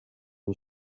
you